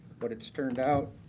but it's turned out